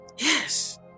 Yes